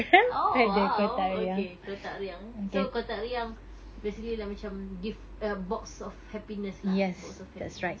oh !wow! okay kotak riang so kotak riang basically like macam gift uh box of happiness lah box of happiness